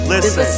Listen